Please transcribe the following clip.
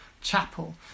chapel